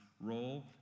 role